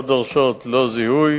כאלה שלא דורשות לא זיהוי